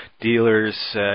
dealers